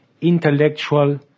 intellectual